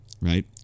right